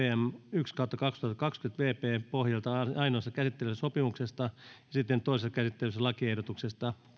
yksi pohjalta ainoassa käsittelyssä sopimuksesta ja sitten toisessa käsittelyssä lakiehdotuksesta